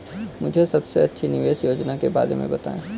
मुझे सबसे अच्छी निवेश योजना के बारे में बताएँ?